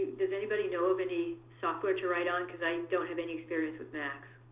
does anybody know of any software to write on? because i don't have any experience with macs.